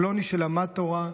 פלוני שלמד תורה,